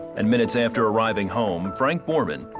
and minutes after arriving home, frank borman,